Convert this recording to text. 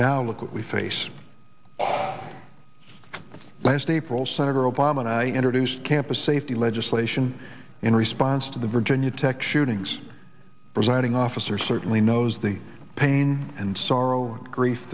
now look what we face last april senator obama and i introduced campus safety legislation in response to the virginia tech shootings presiding officer certainly knows the pain and sorrow and grief